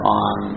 on